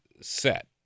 set